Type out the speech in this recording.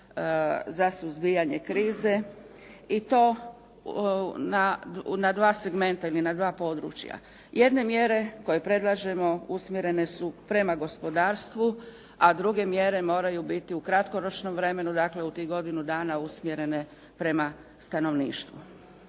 za suzbijanje krize i to na dva segmenta ili na dva područja. Jedne mjere koje predlažemo usmjeren su prema gospodarstvu a druge mjere moraju biti u kratkoročnom vremenu, dakle u tih godinu dana usmjerene prema stanovništvu.